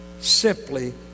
simply